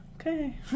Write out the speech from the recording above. okay